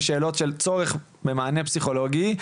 ושאלות של צורך במענה פסיכולוגי,